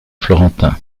florentin